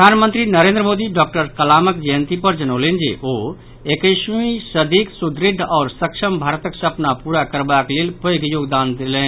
प्रधानमंत्री नरेन्द्र मोदी डॉक्टर कलामक जयंती पर जनौलनि जे ओ एकैसवीं सदीक सुदृढ़ आओर सक्षम भारतक सपना पूरा करबाक लेल पैघ योगदान कयलनि